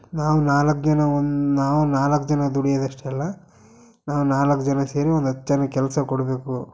ನಾವು ನಾಲ್ಕು ಜನ ಒಂದು ನಾವು ನಾಲ್ಕು ಜನ ದುಡಿಯದು ಅಷ್ಟೇ ಅಲ್ಲ ನಾವು ನಾಲ್ಕು ಜನ ಸೇರಿ ಒಂದು ಹತ್ತು ಜನಕ್ಕೆ ಕೆಲಸ ಕೊಡಬೇಕು